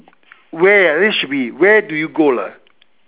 where this should be where do you go lah